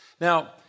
Now